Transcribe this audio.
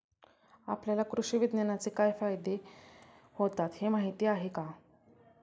आपल्याला कृषी विज्ञानाचे काय फायदे होतात हे माहीत आहे का?